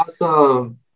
Awesome